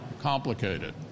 complicated